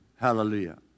Hallelujah